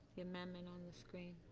amendment on the screen.